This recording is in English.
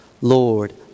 Lord